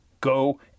go